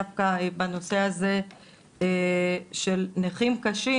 דווקא בנושא הזה של נכים קשים,